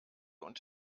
und